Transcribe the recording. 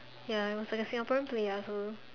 ya it was like a Singaporean play ya so